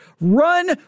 Run